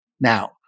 Now